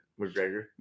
McGregor